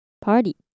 party